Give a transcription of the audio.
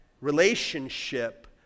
relationship